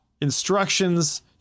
instructions